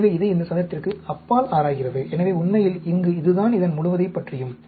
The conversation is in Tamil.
எனவே இது இந்த சதுரத்திற்கு அப்பால் ஆராய்கிறது எனவே உண்மையில் இங்கு இதுதான் இதன் முழுவதைப் பற்றியும்